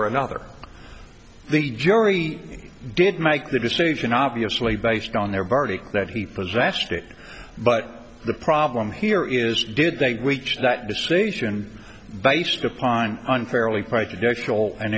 or another the jury did make the decision obviously based on their verdict that he possessed it but the problem here is did they reach that decision based upon unfairly